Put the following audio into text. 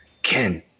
Ken